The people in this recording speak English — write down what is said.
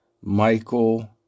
Michael